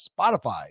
Spotify